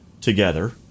together